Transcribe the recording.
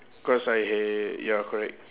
cause I had ya correct